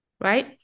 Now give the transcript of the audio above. right